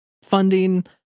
Funding